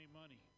money